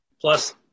Plus